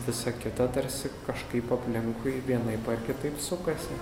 visa kita tarsi kažkaip aplinkui vienaip ar kitaip sukasi